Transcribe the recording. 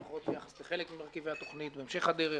לפחות ביחס לחלק ממרכיבי התוכנית בהמשך הדרך